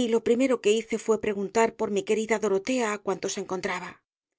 y lo primero que hice fué preguntar por mi querida dorotea á cuantos encontraba